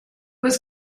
was